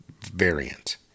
variant